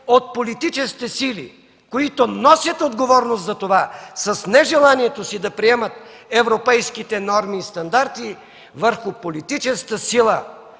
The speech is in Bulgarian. от политическите сили, които носят отговорност за това с нежеланието си да приемат европейските норми и стандарти върху политическата сила,